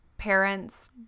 Parents